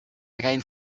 again